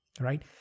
right